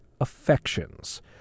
affections